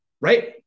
right